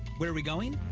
where are we going?